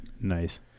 Nice